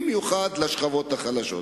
בעיקר לשכבות החלשות.